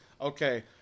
Okay